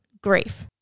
grief